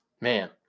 Man